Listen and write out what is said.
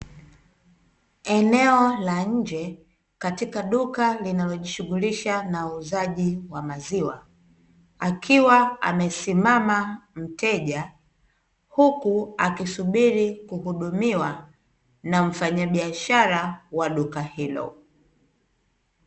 Eneo la nje katika dukalinalojishughulisha na uuzaji wa maziwa akiwa amesimama mteja, huku akisubiri kuhudumiwa na mfanyabiashara wa duka hilo.